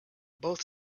both